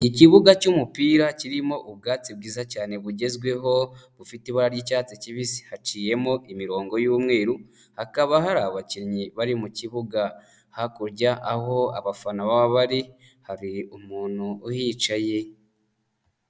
Ikibuga cy'umupira kirimo ubwatsi bwiza cyane bugezweho bufite ibara ry'icyatsi kibisi haciyemo imirongo y'umweru, hakaba hari abakinnyi bari mu kibuga, hakurya aho abafana baba bari hari umuntu uhicaye.